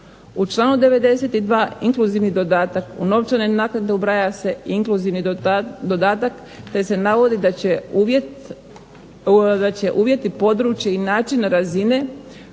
U članu 92. inkluzivni dodatak – u novčane naknade ubraja se inkluzivni dodatak te se navodi da će uvjeti, područja i načina razine